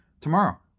tomorrow